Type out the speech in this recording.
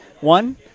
One